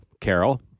Carol